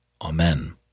Amen